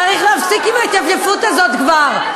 צריך להפסיק עם ההתייפייפות הזאת כבר.